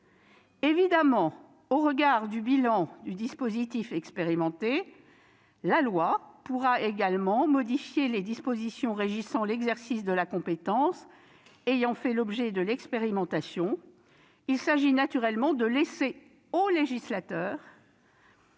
justifiée. Au regard du bilan du dispositif expérimenté, la loi pourra également modifier les dispositions régissant l'exercice de la compétence ayant fait l'objet de l'expérimentation. Il s'agit de laisser au législateur